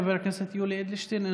חבר הכנסת יולי אדלשטיין,